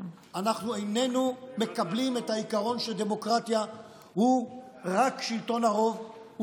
אנחנו איננו מקבלים את העיקרון שדמוקרטיה היא רק שלטון הרוב.